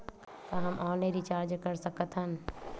का हम online recharge कर सकत हन?